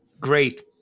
great